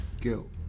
Guilt